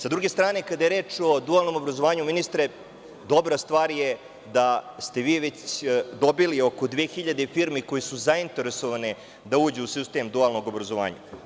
S druge strane, kada je reč o dualnom obrazovanju, ministre, dobra stvar je da ste vi već dobili oko 2000 firmi koje su zainteresovane da uđu u sistem dualnog obrazovanja.